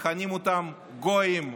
מכנים אותם "גויים",